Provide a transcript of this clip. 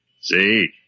See